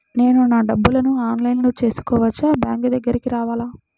నేను నా డబ్బులను ఆన్లైన్లో చేసుకోవచ్చా? బ్యాంక్ దగ్గరకు రావాలా?